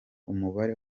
umubare